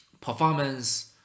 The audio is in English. performance